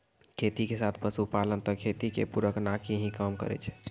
खेती के साथ पशुपालन त खेती के पूरक नाकी हीं काम करै छै